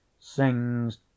sings